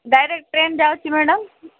direct train ଯାଉଛି madam